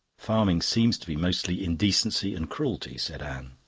farming seems to be mostly indecency and cruelty, said anne.